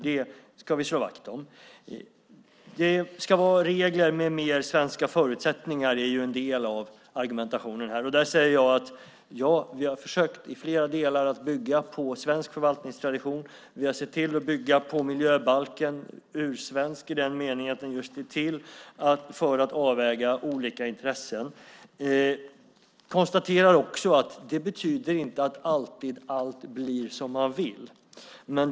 Det ska vi slå vakt om. Det ska vara regler med mer av svenska förutsättningar. Det är en del av argumentationen här. Jag säger då att vi har försökt i flera delar att bygga på svensk förvaltningstradition. Vi har sett till att bygga på miljöbalken, ursvensk i den meningen att den just är till för att avväga olika intressen. Jag konstaterar också att detta inte betyder att allt alltid blir som man vill.